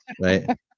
right